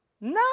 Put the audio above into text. No